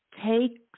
Take